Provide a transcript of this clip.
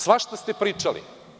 Svašta ste pričali.